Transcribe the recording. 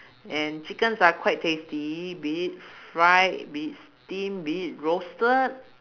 and chickens are quite tasty be it fried be it steam be it roasted